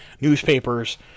newspapers